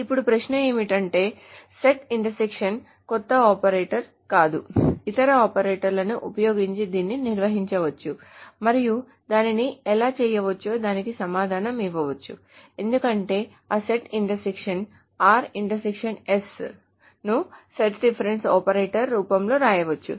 ఇప్పుడు ప్రశ్న ఏమిటంటే సెట్ ఇంటర్సెక్షన్ క్రొత్త ఆపరేటర్ కాదు ఇతర ఆపరేటర్లను ఉపయోగించి దీనిని నిర్వచించవచ్చు మరియు దానిని ఎలా చేయావచ్చో దానికి సమాధానం ఇవ్వవచ్చు ఎందుకంటే ఆ సెట్ ఇంటర్సెక్షన్ ను సెట్ డిఫరెన్స్ ఆపరేటర్ రూపం లో వ్రాయవచ్చు